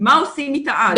מה עושים איתה אז?